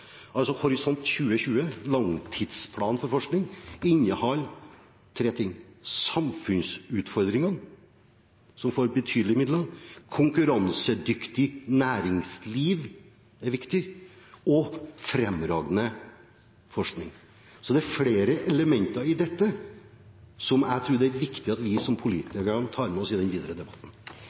2020, langtidsplanen for forskning, inneholder tre ting: samfunnsutfordringene, som får betydelige midler, konkurransedyktig næringsliv, som er viktig, og fremragende forskning. Så det er flere elementer i dette, som jeg tror det er viktig at vi som politikere tar med oss i den videre debatten.